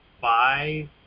five